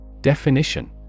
Definition